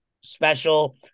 special